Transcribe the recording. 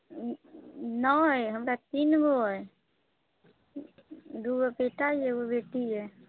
नहि हमरा तीन गो यऽ दू गो बेटा यऽ एगो बेटी यऽ